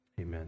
Amen